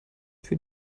für